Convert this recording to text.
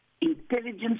intelligence